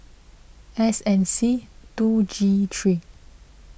S N C two G three